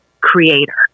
creator